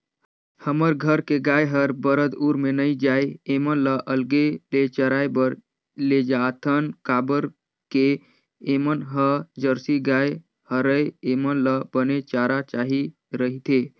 हमर घर के गाय हर बरदउर में नइ जाये ऐमन ल अलगे ले चराए बर लेजाथन काबर के ऐमन ह जरसी गाय हरय ऐेमन ल बने चारा चाही रहिथे